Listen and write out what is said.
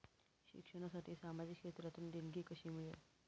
शिक्षणासाठी सामाजिक क्षेत्रातून देणगी कशी मिळेल?